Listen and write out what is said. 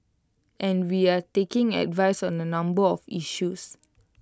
and we're taking advice on A number of issues